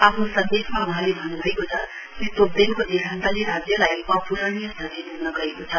आफ्नो सन्देशमा वहाँले भन्न् भएको छ श्री तोप्देनको देहान्तले राज्यलाई अपूरणीय क्षति पुग्न गएको छ